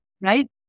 Right